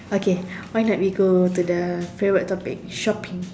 okay why not we go to the favorite topic shopping